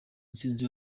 ntsinzi